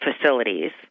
facilities